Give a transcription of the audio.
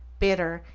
bitter,